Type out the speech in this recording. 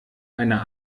einer